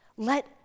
Let